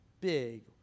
big